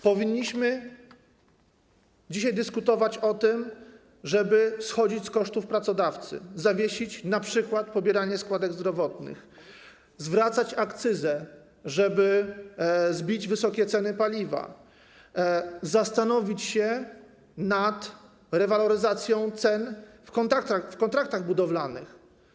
Powinniśmy dyskutować o tym, żeby schodzić z kosztów pracodawcy, zawiesić np. pobieranie składek zdrowotnych, zwracać akcyzę, żeby zbić wysokie ceny paliwa, zastanowić się nad rewaloryzacją cen w kontraktach budowlanych.